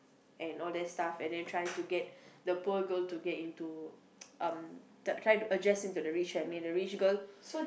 and all that stuff and then try to get the poor girl to get into um adjust into the rich family the rich girl